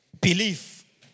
belief